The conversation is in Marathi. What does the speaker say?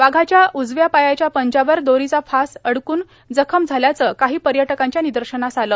वाघाच्या उजव्या पायाच्या पंज्यावर दोरीचा फास अडकून जखम झाल्याचं काही पर्यटकांच्या निदर्शनास आलं